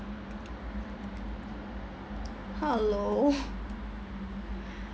hello